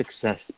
success